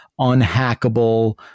unhackable